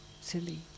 silly